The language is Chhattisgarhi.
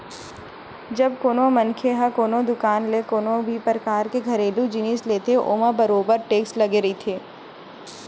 जब कोनो मनखे ह कोनो दुकान ले कोनो भी परकार के घरेलू जिनिस लेथे ओमा बरोबर टेक्स लगे रहिथे